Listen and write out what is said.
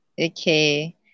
Okay